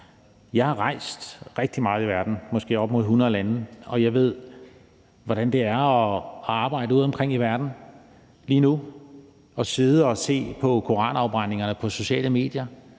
Jeg har rejst rigtig meget i verden – måske i op mod 100 lande – og jeg ved, hvordan det er at arbejde udeomkring i verden i forhold til lige nu at sidde og se på koranafbrændinger på sociale medier,